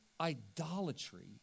idolatry